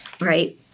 right